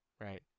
right